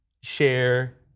share